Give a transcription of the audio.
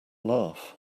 laugh